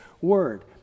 word